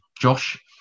Josh